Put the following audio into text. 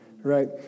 Right